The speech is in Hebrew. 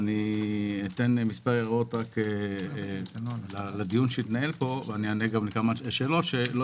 אתן מספר הערות לדיון שהתנהל פה ואענה על כמה שאלות שלא